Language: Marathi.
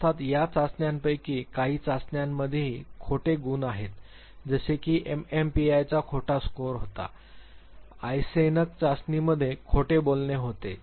अर्थात या चाचण्यांपैकी काही चाचण्यांमध्येही खोटे गुण आहेत जसे की एमएमपीआयचा खोटा स्कोर होता आयसेनक चाचणीमध्ये खोटे बोलणे होते